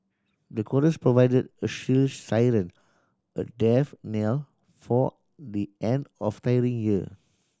the chorus provided a shrill siren a death knell for the end of tiring year